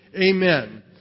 amen